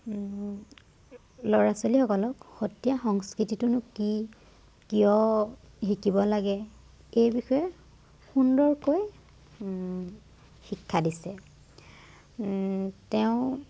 ল'ৰা ছোৱালীসকলক সত্ৰীয়া সংস্কৃতিটোনো কি কিয় শিকিব লাগে এই বিষয়ে সুন্দৰকৈ শিক্ষা দিছে তেওঁ